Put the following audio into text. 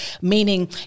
meaning